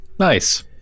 nice